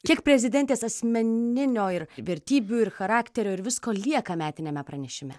kiek prezidentės asmeninio ir vertybių ir charakterio ir visko lieka metiniame pranešime